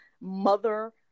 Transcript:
mother